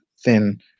thin